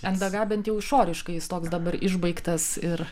ndg bent jau išoriškai jis toks dabar išbaigtas ir